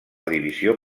divisió